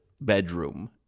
bedroom